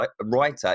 writer